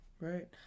right